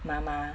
妈妈